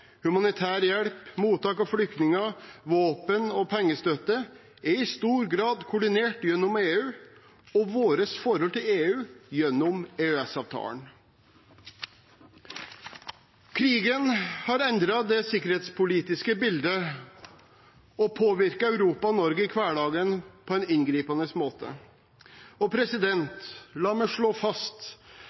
humanitær hjelp, mottak av flyktninger, våpen og pengestøtte er i stor grad koordinert gjennom EU og vårt forhold til EU gjennom EØS-avtalen. Krigen har endret det sikkerhetspolitiske bildet og påvirker Europa og Norge i hverdagen på en inngripende måte. La meg slå fast